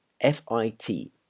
F-I-T